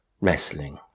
wrestling